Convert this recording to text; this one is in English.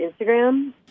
Instagram